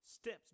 Steps